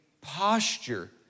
posture